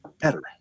better